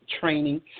training